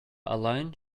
alone